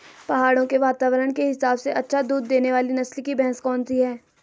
पहाड़ों के वातावरण के हिसाब से अच्छा दूध देने वाली नस्ल की भैंस कौन सी हैं?